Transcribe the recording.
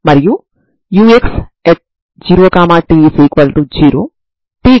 c10 ని మీరు ఈ రెండింటిలో ఏదో ఒక దానిలో ఉంచితే c20 అవుతుంది